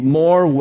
more